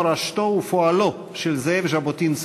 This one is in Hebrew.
מורשתו ופועלו של זאב ז'בוטינסקי,